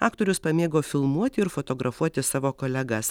aktorius pamėgo filmuoti ir fotografuoti savo kolegas